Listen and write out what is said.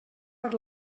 per